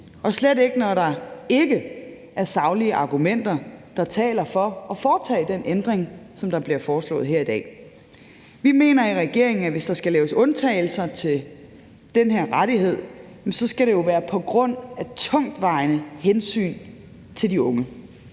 og slet ikke når der ikke er saglige argumenter, der taler for at foretage den ændring, som der bliver foreslået her i dag. Vi mener i regeringen, at det, hvis der skal laves undtagelser til den her rettighed, skal være på grund af tungtvejende hensyn til de unge,